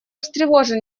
встревожен